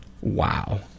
Wow